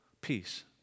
Peace